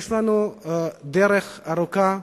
יש לנו דרך ארוכה,